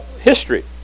history